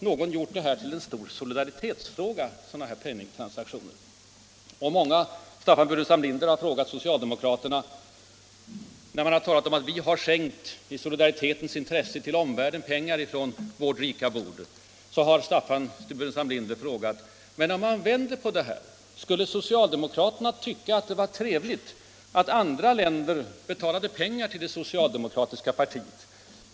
Någon har gjort sådana här penningtransaktioner till en stor solidaritetsfråga. När socialdemokraterna har talat om att vi i solidaritetens intresse till omvärlden har skänkt pengar från vårt rika bord, så har herr Burenstam Linder frågat: Om man vänder på det, skulle socialdemokraterna då tycka att det var trevligt att andra länder betalade pengar till det socialdemokratiska partiet i Sverige?